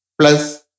plus